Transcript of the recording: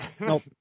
Nope